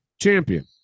champion